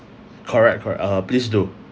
correct correct uh please do